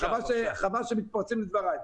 חבל שמתפרצים לדבריי.